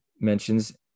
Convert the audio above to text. mentions